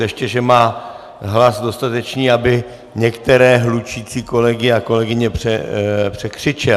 Ještě že má hlas dostatečný, aby některé hlučící kolegy a kolegyně překřičel.